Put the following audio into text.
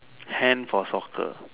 hand for soccer